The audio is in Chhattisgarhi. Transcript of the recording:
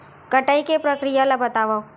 कटाई के प्रक्रिया ला बतावव?